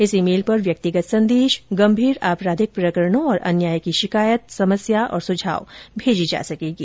इसी मेल पर व्यक्तिगत संदेश गंभीर आपराधिक प्रकरणों और अन्याय की शिकायत समस्या और सुझाव भेजे जा सकेंगे